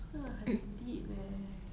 这个很 deep eh